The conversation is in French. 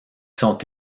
sont